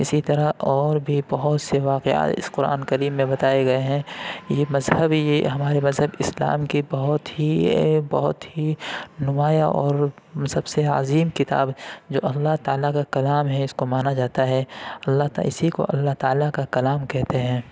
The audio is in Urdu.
اِسی طرح اور بھی بہت سے واقعات اِس قرآن کریم میں بتائے گئے ہیں یہ مذہب ہی یہ ہمارے مذہب اِسلام کے بہت ہی بہت ہی نمایاں اور سب سے عظیم کتاب جو اللہ تعالیٰ کا کلام ہے اِس کو مانا جاتا ہے اللہ تا اِسی کو اللہ تعالیٰ کا کلام کہتے ہیں